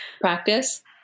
practice